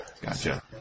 Gotcha